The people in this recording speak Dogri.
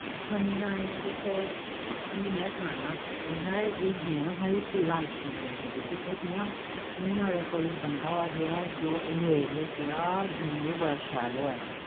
साह्नी ना इस साह्नी में सनाना इ'यां एह् गेम ऐ साढ़ी लाईफ चेज करी सकदी पुच्छो कियां हून अगर कोई बंदा होऐ जियां रूरल एरिये च जेह्ड़ा गेमें च बड़ा शैल होऐ